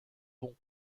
bons